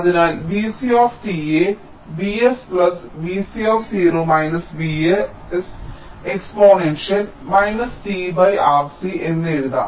അതിനാൽ Vc യെ Vs Vc Vs exponential t by R cഎന്ന് എഴുതാം